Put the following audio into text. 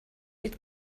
would